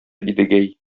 идегәй